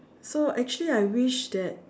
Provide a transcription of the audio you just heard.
so actually I wish that